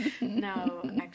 No